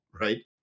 Right